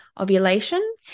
ovulation